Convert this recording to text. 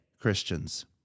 Christians